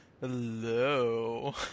hello